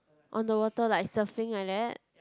on the water like surfing like that